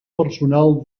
personal